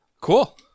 Cool